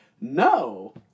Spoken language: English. No